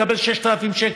מקבל 6,000 שקל,